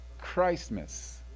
christmas